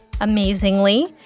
Amazingly